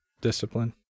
discipline